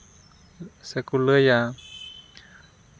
ᱥᱮᱠᱚ ᱞᱟᱹᱭᱟ